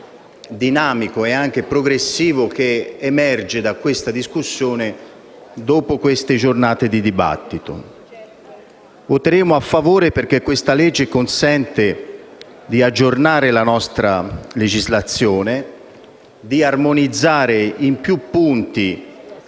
dinamico e progressivo che emerge da questa discussione dopo le diverse giornate di dibattito. Voteremo a favore perché questa legge consente di aggiornare la nostra legislazione, di armonizzare in più punti